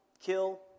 kill